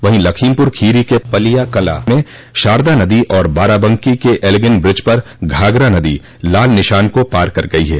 वहीं लखीमपुर खीरी के पलिया कला में शारदा नदी और बाराबंकी के एल्ग्रिन ब्रिज पर घाघरा नदी लाल निशान को पार कर गयी है